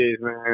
man